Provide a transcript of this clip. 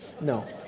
No